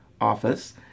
office